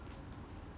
I think